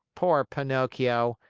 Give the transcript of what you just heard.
poor pinocchio!